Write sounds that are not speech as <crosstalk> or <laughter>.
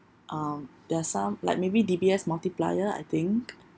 um there are some like maybe D_B_S multiplier I think <noise>